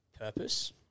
purpose